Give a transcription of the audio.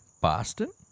Boston